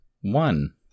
one